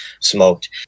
smoked